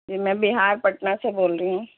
جی میں بہار پٹنہ سے بول رہی ہوں